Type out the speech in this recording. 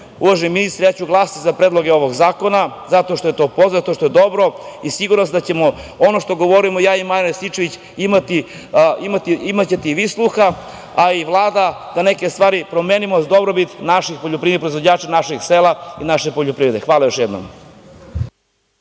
uvaženi ministre, ja ću glasati za predlog ovog zakona zato što je to dobro i siguran sam da ćete za ono što govorimo ja i Marijan Rističević imati sluha, a i Vlada, da neke stvari promenimo za dobrobit naših poljoprivrednih proizvođača, našeg sela i naše poljoprivrede. Hvala još jednom.